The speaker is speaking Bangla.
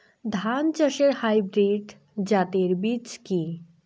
ধান চাষের হাইব্রিড জাতের বীজ কি?